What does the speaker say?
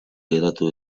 geratu